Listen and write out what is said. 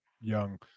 young